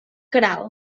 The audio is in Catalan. queralt